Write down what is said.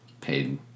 paid